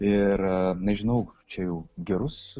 ir nežinau čia jau gerus